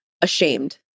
ashamed